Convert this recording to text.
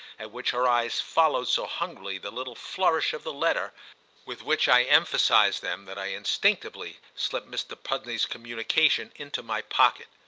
at which her eyes followed so hungrily the little flourish of the letter with which i emphasised them that i instinctively slipped mr. pudney's communication into my pocket.